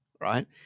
right